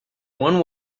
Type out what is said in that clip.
one